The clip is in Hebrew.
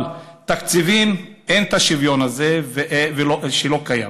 אבל תקציבים, אין את השוויון הזה, לא קיים.